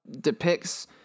depicts